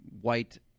white